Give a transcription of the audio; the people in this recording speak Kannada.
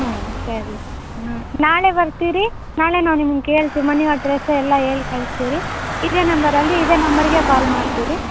ಹ್ಞೂ ಸರಿ ಹಾಂ ನಾಳೆ ಬರ್ತೀವಿ ರೀ ನಾಳೆಯೂ ನಿಮ್ಗೇಳ್ತೀವಿ ಮನೆ ಅಡ್ರಸ್ಸ ಎಲ್ಲ ಹೇಳಿ ಕಳ್ಸ್ತೀವಿ ರೀ ಇದೇ ನಂಬರ್ ಅಲ್ಲಿ ಇದೆ ನಂಬರ್ಗೆ ಕಾಲ್ ಮಾಡ್ತೀವಿ ರೀ